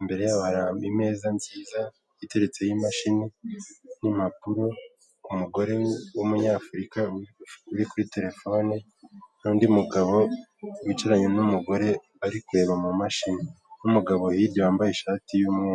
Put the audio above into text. imbere hari imeza nziza iteretseho imashini n'impapuro, umugore w'umunyafurika uri kuri terefone n'undi mugabo wicaranye n'umugore ari kureba mu mashini n'umugabo hirya wambaye ishati y'umweru.